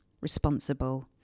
responsible